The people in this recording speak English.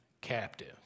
captive